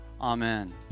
Amen